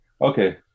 Okay